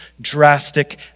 drastic